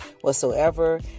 whatsoever